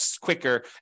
quicker